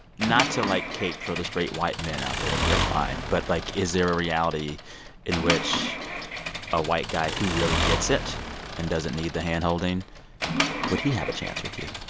not to, like, cape for the straight white men out there they're fine. but, like, is there a reality in which a white guy who really gets it and doesn't need the hand-holding would he have a chance with you?